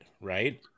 right